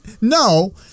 no